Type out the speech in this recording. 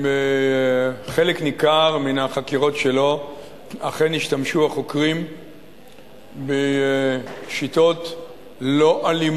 ובחלק ניכר מן החקירות שלו אכן החוקרים אף פעם לא השתמשו בשיטות אלימות,